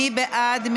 מי בעד?